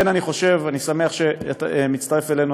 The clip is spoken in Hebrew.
אני שמח שאתה מצטרף אלינו,